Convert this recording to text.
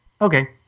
Okay